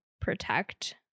protect